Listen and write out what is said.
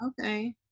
Okay